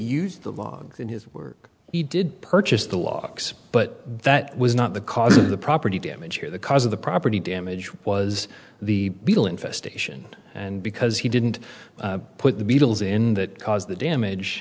use the logs in his work he did purchase the logs but that was not the cause of the property damage or the cause of the property damage was the beetle infestation and because he didn't put the beatles in that caused the damage